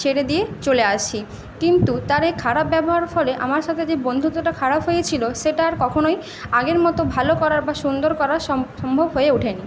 ছেড়ে দিয়ে চলে আসি কিন্তু তার এ খারাপ ব্যবহারের ফলে আমার সাথে যে বন্ধুত্বটা খারাপ হয়েছিল সেটা আর কখনই আগের মতো ভালো করার বা সুন্দর করার সম্ভব হয়ে ওঠেনি